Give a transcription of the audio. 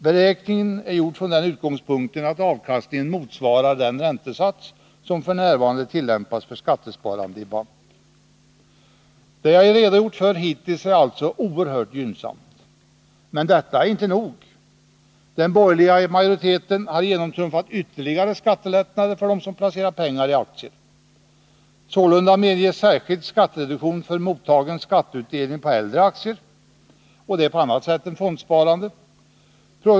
Beräkningen är gjord från den utgångspunkten att avkastningen motsvarar den räntesats som f.n. tillämpas för skattesparande i bank. Det jag hittills redogjort för är alltså oerhört gynnsamt. Men detta är ändå inte nog. Den borgerliga majoriteten har genomtrumfat ytterligare skattelättnader för dem som placerar pengar i aktier. Sålunda medges särskild skattereduktion för mottagen skatteutdelning på äldre aktier, på annat sätt än genom fondsparande.